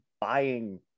buying